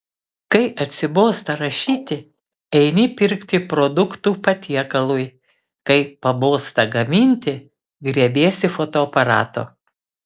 kai atsibosta rašyti eini pirkti produktų patiekalui kai pabosta gaminti griebiesi fotoaparato